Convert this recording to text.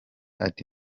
ati